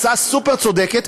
הצעה סופר צודקת.